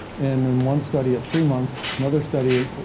and then, one study at three months, another study,